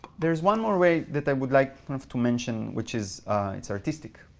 there is one more way that i would like sort of to mention, which is it's artistic,